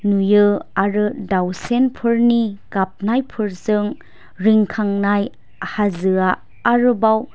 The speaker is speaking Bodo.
नुयो आरो दाउसेनफोरनि गाबनायफोरजों रिंखांनाय हाजोआ आरोबाव